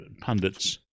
pundits